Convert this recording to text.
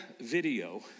video